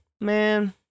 man